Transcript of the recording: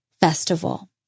festival